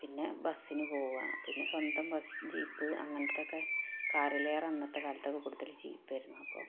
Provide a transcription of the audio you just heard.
പിന്നെ ബസ്സിന് പോകാം പിന്നെ സ്വന്തം ബസ് ജീപ്പ് അങ്ങനത്തെ ഒക്കെ കാറിലൊക്കെ അന്നത്തെ കാലത്ത് കൂടുതല് ജീപ്പായിരുന്നു